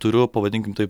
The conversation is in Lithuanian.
turiu pavadinkim taip